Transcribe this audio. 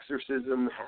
exorcism